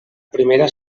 primera